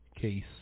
case